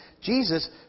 Jesus